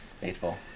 faithful